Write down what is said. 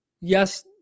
yes